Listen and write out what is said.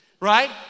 right